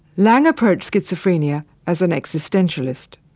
laing approached schizophrenia as an existentialist.